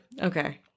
Okay